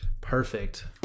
perfect